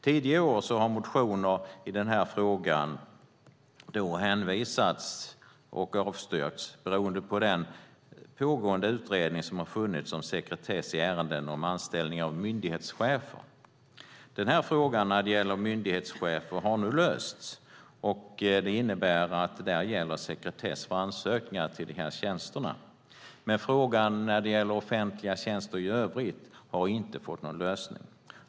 Tidigare år har motioner i den här frågan hänvisats och avstyrkts med hänvisning till den utredning som har funnits om sekretess i ärenden om anställningar av myndighetschefer. När det gäller myndighetschefer har frågan nu lösts. Det innebär att det gäller sekretess för ansökningar till dessa tjänster. Men frågan när det gäller offentliga tjänster i övrigt har inte fått någon lösning.